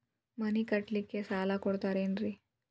ಮನಿ ಕಟ್ಲಿಕ್ಕ ಸಾಲ ಕೊಡ್ತಾರೇನ್ರಿ?